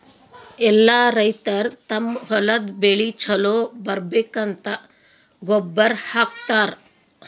ಎಲ್ಲಾ ರೈತರ್ ತಮ್ಮ್ ಹೊಲದ್ ಬೆಳಿ ಛಲೋ ಬರ್ಬೇಕಂತ್ ಗೊಬ್ಬರ್ ಹಾಕತರ್